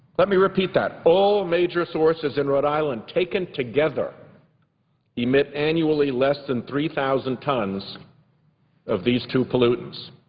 let me repeat that. all major sources in rhode island taken together emit annually less than three thousand tons of these two pollutants.